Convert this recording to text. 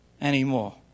anymore